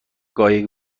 قایق